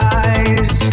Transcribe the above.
eyes